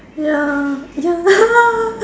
ya ya